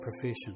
profession